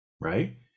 right